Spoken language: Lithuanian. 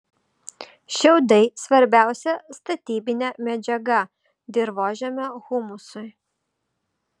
šiaudai svarbiausia statybinė medžiaga dirvožemio humusui